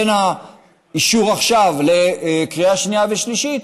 בין האישור עכשיו לקריאה השנייה והשלישית,